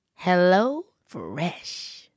HelloFresh